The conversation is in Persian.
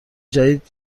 جدید